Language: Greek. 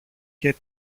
και